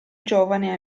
giovane